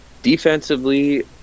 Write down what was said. Defensively